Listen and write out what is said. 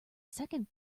second